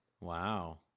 Wow